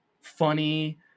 funny